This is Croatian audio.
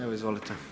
Evo izvolite.